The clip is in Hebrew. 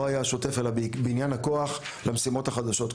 היה השוטף אלא בעניין הכוח למשימות החדשות.